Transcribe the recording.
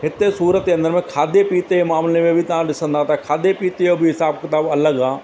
हिते सूरत जे अंदरि में खाधे पीते जे मामले में बि तव्हां ॾिसंदा त खाधे पीते जो बि हिसाबु किताबु अलॻि आहे